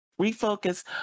refocus